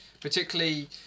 particularly